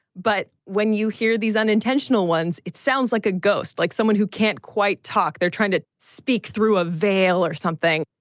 but when you hear these unintentional ones, it sounds like a ghost, like someone who can't quite talk, they're trying to speak through a vale or something.